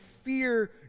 fear